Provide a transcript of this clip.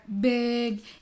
big